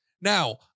Now